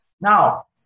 Now